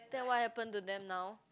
then what happen to them now